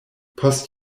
post